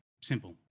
Simple